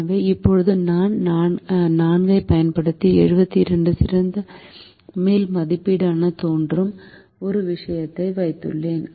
எனவே இப்போது இந்த நான்கைப் பயன்படுத்தி 72 சிறந்த மேல் மதிப்பீடாகத் தோன்றும் ஒரு விஷயத்திற்கு வந்துள்ளோம்